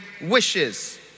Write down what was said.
wishes